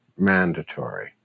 mandatory